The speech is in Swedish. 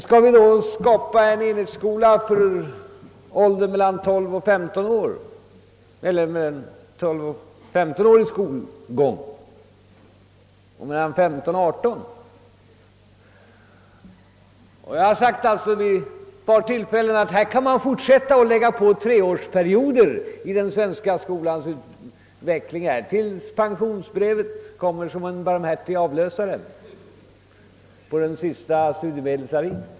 Skall vi då skapa en enhetsskola med 12 och 15-årig skolgång eller med 15 och 18-årig skolgång? Jag har vid ett par tillfällen sagt att vi kan fortsätta och lägga på treårsperioder i den svenska skolans utveckling tills pensionsbrevet kommer som en barmhärtig avlösare på den sista studiemedelsavin.